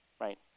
right